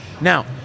now